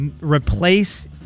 replace